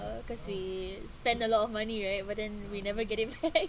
uh cause we spent a lot of money right but then we never getting back